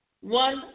One